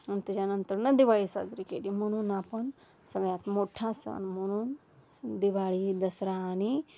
आणि त्याच्यानंतरनं दिवाळी साजरी केली म्हणून आपण सगळ्यात मोठा सण म्हणून दिवाळी दसरा आणि